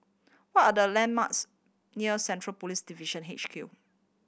what are the landmarks near Central Police Division H Q